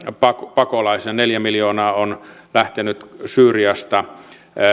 pakolaisina neljä miljoonaa on lähtenyt syyriasta